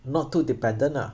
not too dependent ah